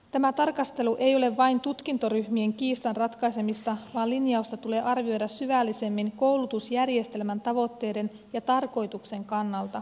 tämä tarkastelu ei ole vain tutkintoryhmien kiistan ratkaisemista vaan linjausta tulee arvioida syvällisemmin koulutusjärjestelmän tavoitteiden ja tarkoituksen kannalta